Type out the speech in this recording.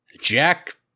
Jack